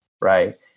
Right